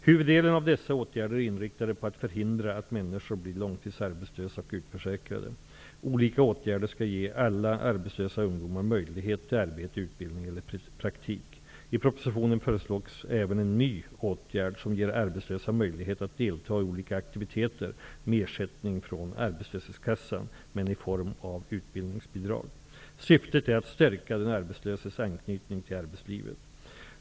Huvuddelen av dessa åtgärder är inriktade på att förhindra att människor blir långtidsarbetslösa och utförsäkrade. Olika åtgärder skall ge alla arbetslösa ungdomar möjlighet till arbete, utbildning eller praktik. I propositionen föreslås även en ny åtgärd som ger arbetslösa möjlighet att delta i olika aktiviteter med ersättning från arbetslöshetskassan, men i form av utbildningsbidrag. Syftet är att stärka den arbetslöses anknytning till arbetslivet.